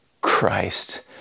Christ